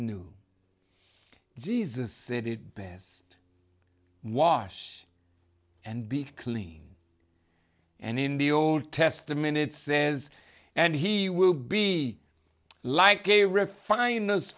knew jesus said it best wash and be clean and in the old testament it says and he will be like a refin